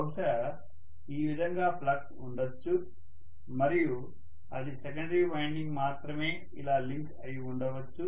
బహుశా ఈ విధంగా ఫ్లక్స్ ఉండొచ్చు మరియు అది సెకండరీ వైన్డింగ్ మాత్రమే ఇలా లింక్ అయి ఉండవచ్చు